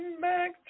back